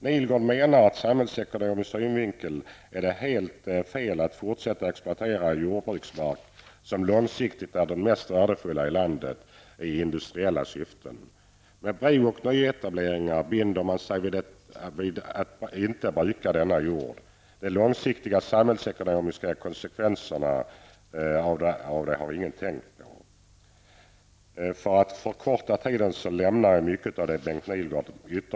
Nihlgård menar att det ur samhällsekonomisk synvinkel är helt fel att fortsätta att exploatera jordbruksmark, som långsiktigt är den mest värdefulla i landet, i industriella syften. Med bro och nyetableringar binder man sig vid att inte bruka denna jord. De långsiktiga samhällsekonomiska konsekvenserna har ingen tänkt på. För att spara tid åt kammaren avstår jag från att återge mycket av det som Bengt Nihlgård har sagt.